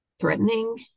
threatening